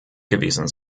gewesen